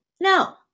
no